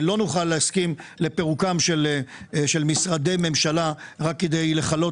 לא נוכל להסכים לפירוקם של משרדי ממשלה רק כדי לחלות